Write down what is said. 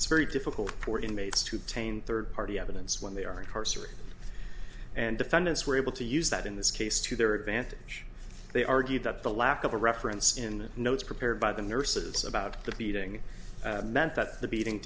it's very difficult for inmates to taint third party evidence when they are incarcerated and defendants were able to use that in this case to their advantage they argued that the lack of a reference in the notes prepared by the nurses about the beating meant that the beating